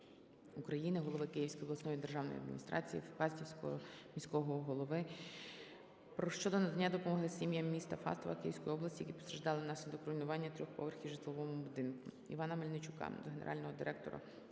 України, голови Київської обласної державної адміністрації, Фастівського міського голови щодо надання допомоги сім'ям міста Фастова Київської області, які постраждали внаслідок руйнування трьох поверхів у житловому будинку. Івана Мельничука до генерального директора